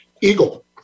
eagle